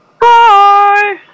Bye